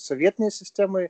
sovietinėj sistemoj